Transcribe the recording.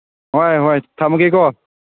ꯍꯣꯏ ꯍꯣꯏ ꯊꯝꯃꯒꯦꯀꯣ